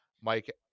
Mike